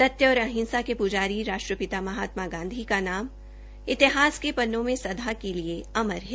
सत्य और अहिंसा के पुजारी राष्ट्रपिता महात्मा गांधी का नाम इतिहास के पन्नों में सदा के लिए अमर है